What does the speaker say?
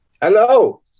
Hello